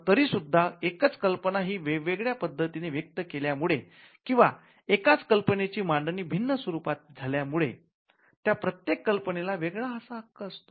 तरी सुद्धा एकच कल्पना ही वेगवेगळ्या पद्धतीने व्यक्त केल्यामुळे किंवा एकाच कल्पनेची मांडणी भिन्न स्वरूपात झाल्यामुळे त्या प्रत्येक कल्पनेला वेगळा असा हक्क असतो